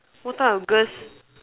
what type of girls